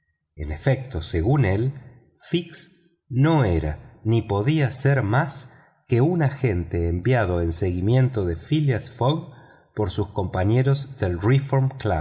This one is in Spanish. en efecto según él fix no era ni podía ser más que un agente enviado en seguimiento de phileas fogg por sus compañeros del